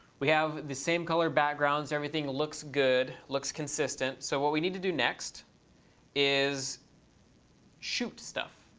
we have the same color background so everything looks good, looks consistent. so what we need to do next is shoot stuff.